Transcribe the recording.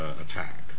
attack